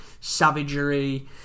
savagery